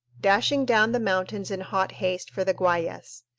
dashing down the mountains in hot haste for the guayas.